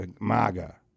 MAGA